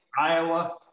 Iowa